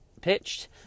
pitched